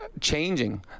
changing